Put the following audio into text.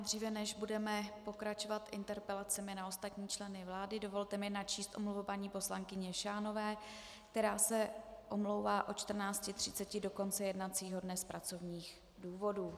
Dříve než budeme pokračovat interpelacemi na ostatní členy vlády, dovolte mi načíst omluvu paní poslankyně Šánové, která se omlouvá od 14.30 do konce jednacího dne z pracovních důvodů.